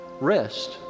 Rest